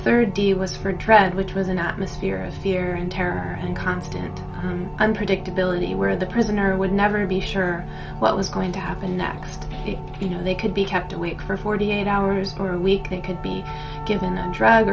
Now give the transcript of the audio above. deal was for trad which was an atmosphere of fear and terror and constant i'm predictability where the prisoner would never be sure what was going to happen next you know they could be kept awake for forty eight hours or a week they could be given a drug